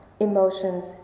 emotions